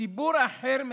ציבור אחר מהם,